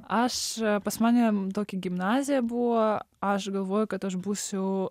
aš pas mane tokia gimnazija buvo aš galvoju kad aš būsiu